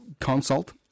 consult